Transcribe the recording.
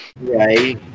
right